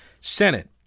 Senate